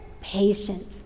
Patient